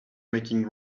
making